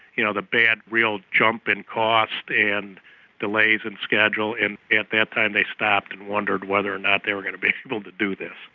you know the bad real jump in cost, and delays in schedule. and at that time they stopped and wondered whether or not they were going to be able to do this.